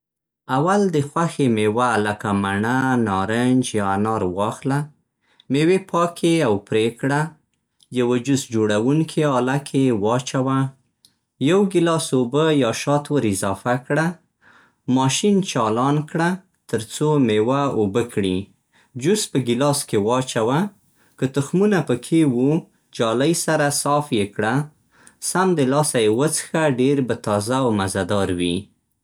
اول د خوښې میوه لکه مڼه، نارنج، یا انار واخله. میوې پاکې او پرې کړه. یوه جوس جوړوونکې اله کې یې واچوه. یو ګیلاس اوبه یا شات ور اضافه کړه. ماشین چالان کړه؛ ترڅو میوه اوبه کړي. جوس په ګیلاس کې واچوه. که تخمونه پکې وو، جالۍ سره صاف یې کړه. سمدلاسه یې وڅښه، ډېر به تازه او مزه دار وي.